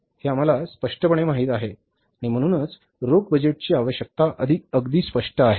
हे आम्हाला स्पष्टपणे माहित आहे आणि म्हणूनच रोख बजेटची आवश्यकता अगदी स्पष्ट आहे